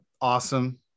awesome